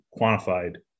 quantified